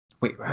Wait